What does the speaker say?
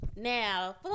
Now